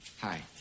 Hi